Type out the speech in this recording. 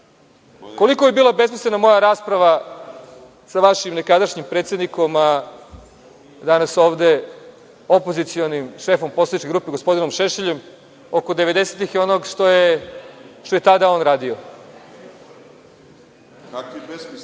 Koliko je bila besmislena moja rasprava sa vašim nekadašnjim predsednikom, a danas ovde opozicionim šefom poslaničke grupe gospodinom Šešeljem, oko devedesetih i onog što je tada on radio?(Vojislav